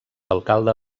alcalde